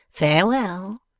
farewell.